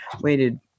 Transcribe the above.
waited